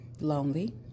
lonely